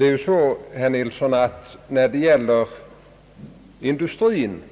Herr talman! När det gäller industrin